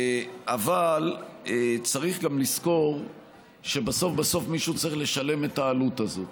אבל צריך גם לזכור שבסוף בסוף מישהו צריך לשלם את העלות הזאת.